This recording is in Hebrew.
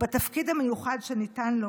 בתפקיד המיוחד שניתן לו,